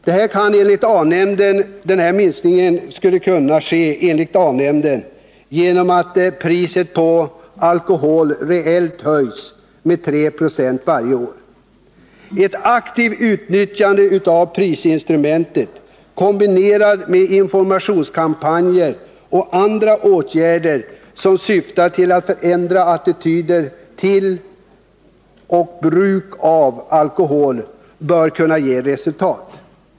Den önskade minskningen kan enligt A-nämnden ske genom att priset på alkohol reellt höjs med 3 96 varje år. Ett aktivt utnyttjande av prisinstrumentet, kombinerat med informationskampanjer och andra åtgärder som syftar till att förändra attityder till och bruk av alkohol, bör kunna ge resultat.